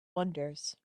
wonders